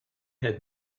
had